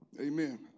Amen